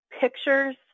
pictures